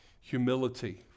humility